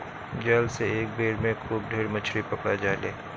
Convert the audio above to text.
जाल से एक बेर में खूब ढेर मछरी पकड़ा जाले